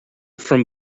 from